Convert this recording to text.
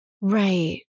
right